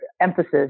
emphasis